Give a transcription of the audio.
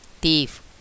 Thief